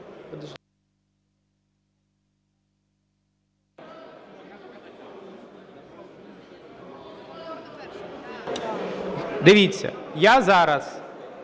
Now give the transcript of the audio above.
Дивіться, я зараз